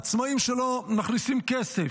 עצמאים שלא מכניסים כסף,